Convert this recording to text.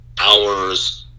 hours